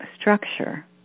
structure